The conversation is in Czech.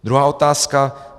Druhá otázka.